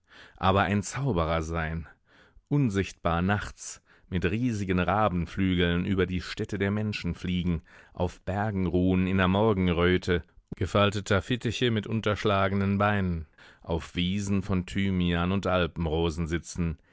aber ein zauberer sein unsichtbar nachts mit riesigen rabenflügeln über die städte der menschen fliegen auf bergen ruhen in der morgenröte gefalteter fittiche mit unterschlagenen beinen auf wiesen von thymian und alpenrosen sitzen